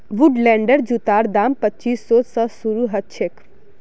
वुडलैंडेर जूतार दाम पच्चीस सौ स शुरू ह छेक